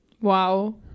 Wow